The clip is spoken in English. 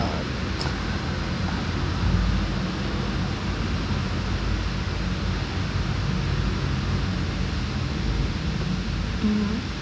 uh mmhmm